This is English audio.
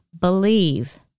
believe